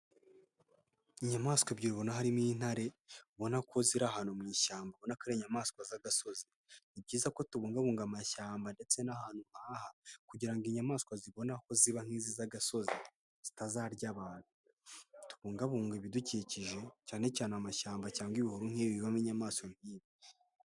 Inyamaswa ebyiri ubona harimo intare, ubona ko ziri ahantu mu ishyamba, ubona ko ari inyamaswa z'agasozi. Ni byiza ko tubungabunga amashyamba ndetse n'ahantu nk'aha kugira ngo inyamaswa zibone aho ziba nk'izi zagasozi, zitazarya abantu. Tubungabunge ibidukikije cyane cyane amashyamba cyangwa ibihuru nk'ibi bibamo inyamaswa nk'iyi.